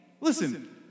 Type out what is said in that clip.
listen